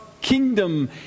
kingdom